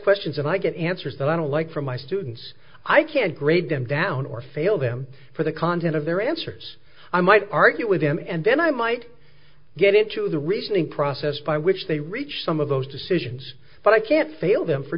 questions and i get answers that i don't like from my students i can't grade them down or fail them for the content of their answers i might argue with them and then i might get into the reasoning process by which they reach some of those decisions but i can't fail them for